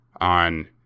on